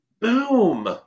Boom